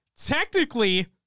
Technically